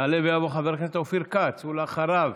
יעלה ויבוא חבר הכנסת אופיר כץ, ואחריו,